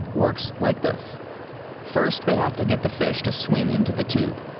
works like this first, they have to get the fish to swim into the tube.